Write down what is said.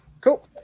Cool